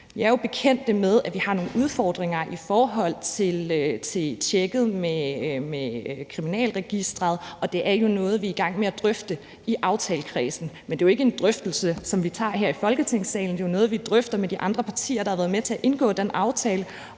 Jeg er jo bekendt med, at vi har nogle udfordringer i forhold til tjekket med Kriminalregisteret, og det er jo noget, vi er i gang med at drøfte i aftalekredsen. Men det er jo ikke en drøftelse, som vi tager her i Folketingssalen; det er jo noget, vi drøfter med de andre partier, der har været med til at indgå den aftale,